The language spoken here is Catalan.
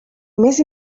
més